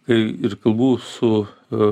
kai ir kalbų su a